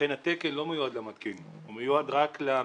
התקן לא מיועד למתקין אלא למתכנן.